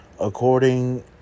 according